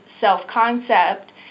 self-concept